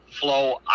flow